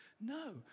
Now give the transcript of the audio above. No